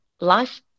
life